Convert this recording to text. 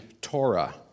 Torah